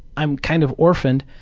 i'm kind of orphaned.